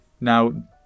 Now